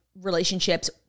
relationships